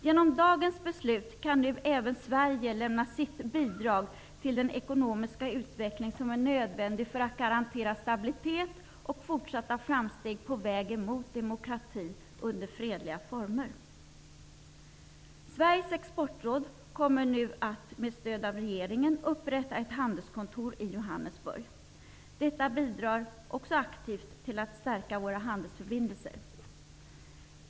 Genom dagens beslut kan nu även Sverige lämna sitt bidrag till den ekonomiska utveckling som är nödvändig för att stabilitet och fortsatta framsteg på vägen mot demokrati under fredliga former skall kunna garanteras. Sveriges exportråd kommer nu att med stöd av regeringen upprätta ett handelskontor i Johannesburg. Detta bidrar också aktivt till att stärka våra handelsförbindelser.